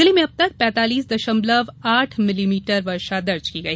जिले में अब तक पैतालीस दशमलव आठ मिलीमीटर वर्षा दर्ज की गई